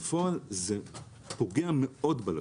בפועל זה פוגע מאוד בלקוח.